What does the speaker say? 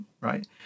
right